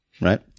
right